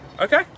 Okay